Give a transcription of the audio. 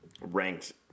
ranked